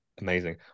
Amazing